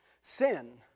sin